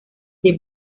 the